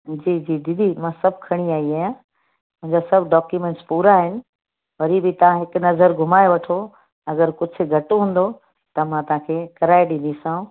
जी जी दीदी मां सभु खणी आई आहियां मुंहिंजा सभु डॉक्यूंमेंट्स पूरा आहिनि वरी बि तव्हां हिकु नज़रु घुमाए वठो अगरि कुझु घटि हूंदो त मां तव्हांखे कराए ॾींदीसांव